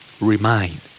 Remind